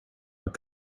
were